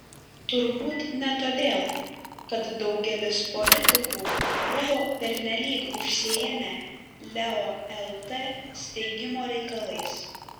turbūt ne todėl kad daugelis politikų buvo pernelyg užsiėmę leo lt steigimo reikalais